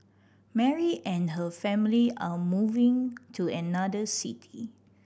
Mary and her family are moving to another city